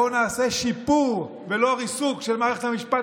בואו נעשה שיפור ולא ריסוק של מערכת המשפט,